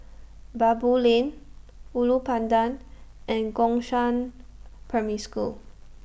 Baboo Lane Ulu Pandan and Gongshang Primary School